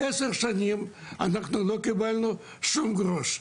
10 שנים אנחנו לא קיבלנו שום גרוש.